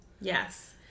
Yes